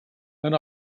and